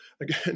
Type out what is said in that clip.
again